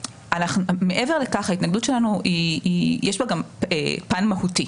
מעבר לכך, בהתנגדות שלנו יש גם פן מהותי.